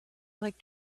like